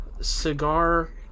cigar